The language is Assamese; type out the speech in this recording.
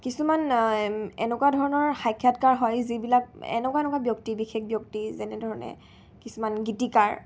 কিছুমান এনেকুৱা ধৰণৰ সাক্ষাৎকাৰ হয় যিবিলাক এনেকুৱা এনেকুৱা ব্যক্তি বিশেষ ব্যক্তি যেনেধৰণে কিছুমান গীতিকাৰ